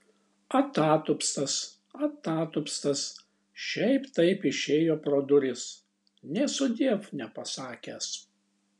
atatupstas atatupstas šiaip taip išėjo pro duris nė sudiev nepasakęs